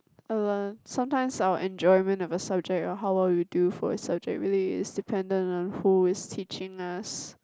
I learn sometimes our enjoyment of a subject or how well you do for a subject really is dependent on who is teaching us